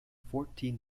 fourteen